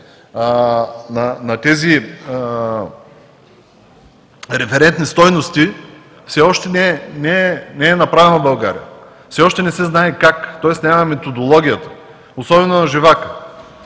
на тези референтни стойности, все още не е направена в България. Все още не се знае как, тоест няма методологията, особено на живака.